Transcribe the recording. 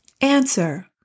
Answer